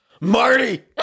Marty